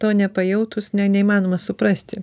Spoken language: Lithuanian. to nepajautus ne neįmanoma suprasti